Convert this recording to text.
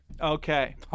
Okay